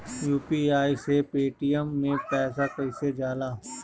UPI से Paytm मे पैसा कइसे जाला?